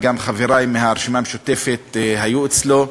וגם חברי מהרשימה המשותפת היו אצלו,